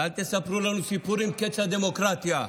ואל תספרו לנו סיפורים, קץ הדמוקרטיה.